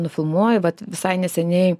nufilmuoji vat visai neseniai